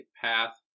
path